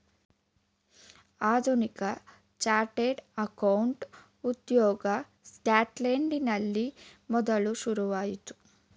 ಆಧುನಿಕ chartered accountant ಉದ್ಯೋಗ ಸ್ಕಾಟ್ಲೆಂಡಿನಲ್ಲಿ ಮೊದಲು ಶುರುವಾಯಿತು